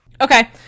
Okay